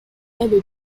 favorite